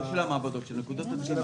לא של המעבדות, של נקודות הדגימה.